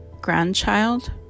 grandchild